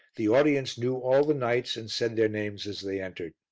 the audience knew all the knights and said their names as they entered.